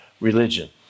religion